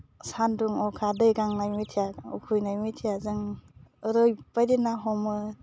सान्दुं अखा दै गांनाय मिथिया उखैनाय मिथिया जों ओरैबायदि ना हमो